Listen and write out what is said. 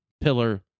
pillar